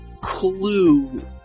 clue